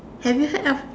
have you heard of